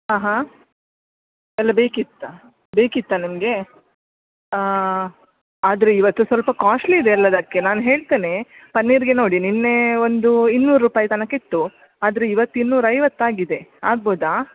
ಹಾಂ ಹಾಂ ಎಲ್ಲ ಬೇಕಿತ್ತಾ ಬೇಕಿತ್ತಾ ನಿಮಗೆ ಆದರೆ ಇವತ್ತು ಸ್ವಲ್ಪ ಕಾಸ್ಟ್ಲಿ ಇದೆ ಎಲ್ಲದಕ್ಕೆ ನಾನು ಹೇಳ್ತೇನೆ ಪನ್ನೀರಿಗೆ ನೋಡಿ ನಿನ್ನೆ ಒಂದು ಇನ್ನೂರು ರೂಪಾಯಿ ತನಕ ಇತ್ತು ಆದರೆ ಇವತ್ತು ಇನ್ನೂರ ಐವತ್ತು ಆಗಿದೆ ಆಗ್ಬೌದಾ